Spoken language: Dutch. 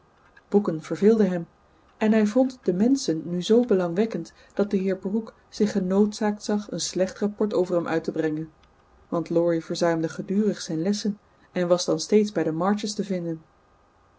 boeken verveelden hem en hij vond de menschen nu zoo belangwekkend dat de heer brooke zich genoodzaakt zag een slecht rapport over hem uit te brengen want laurie verzuimde gedurig zijn lessen en was dan steeds bij de marches te vinden